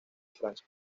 francia